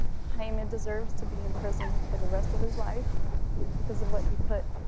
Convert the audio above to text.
jaime deserves to be in prison for the rest of his life because of what he put